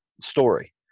story